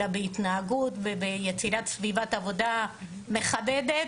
אלא בהתנהגות וביצירת סביבת עבודה מכבדת,